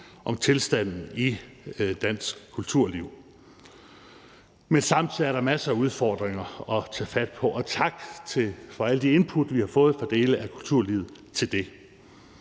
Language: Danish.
om tilstanden i dansk kulturliv. Men samtidig er der masser af udfordringer at tage fat på, og tak for alle de input, vi har fået fra dele af kulturlivet, til det.